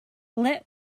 let